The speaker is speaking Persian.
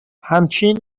همچین